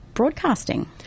Broadcasting